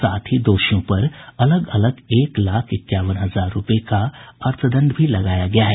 साथ ही दोषियों पर अलग अलग एक लाख इक्यावन हजार रूपये का अर्थदंड भी लगाया गया है